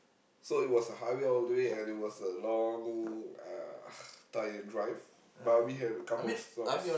so it was a highway all the way and it was a long uh tired drive but we had a couple of stops